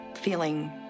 feeling